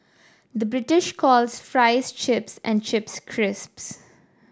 the British calls fries chips and chips crisps